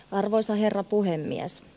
arvoisa herra puhemies